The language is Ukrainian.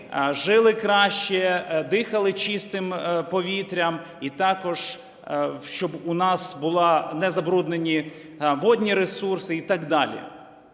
жили краще, дихали чистим повітрям, і також, щоб у нас були незабруднені водні ресурси і так далі.